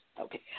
Okay